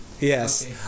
Yes